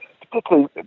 particularly